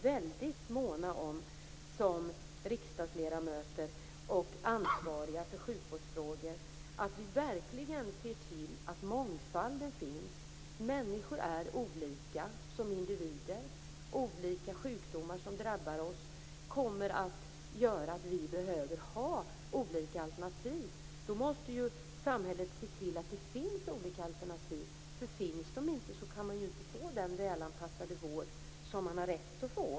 Vi måste då som riksdagsledamöter och ansvariga för sjukvårdsfrågor vara väldigt måna om att se till att mångfalden finns. Människor är olika som individer. Olika sjukdomar som drabbar oss kommer att göra att vi behöver olika alternativ. Då måste samhället se till att det finns olika alternativ, för finns de inte kan man ju inte få den välanpassade vård som man har rätt att få.